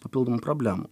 papildomų problemų